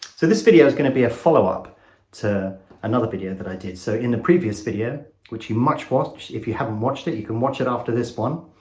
so this video is going to be a follow up to another video that i did so in the previous video which you much watch if you haven't watched it you can watch it after this one